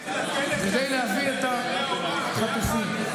כדי להביא את החטופים.